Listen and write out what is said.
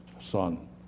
son